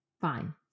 Fine